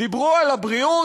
דיברו על הבריאות?